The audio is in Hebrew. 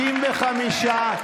55,